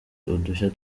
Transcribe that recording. udushya